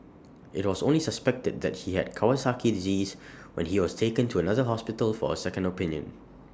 IT was only suspected that he had Kawasaki disease when he was taken to another hospital for A second opinion